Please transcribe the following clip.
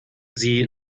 sie